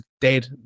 dead